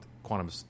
Quantum